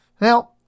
Now